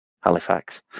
halifax